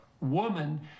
woman